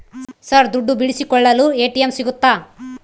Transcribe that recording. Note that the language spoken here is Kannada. ಸರ್ ದುಡ್ಡು ಬಿಡಿಸಿಕೊಳ್ಳಲು ಎ.ಟಿ.ಎಂ ಸಿಗುತ್ತಾ?